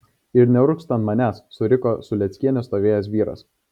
ir neurgzk ant manęs suriko su lėckiene stovėjęs vyras